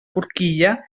forquilla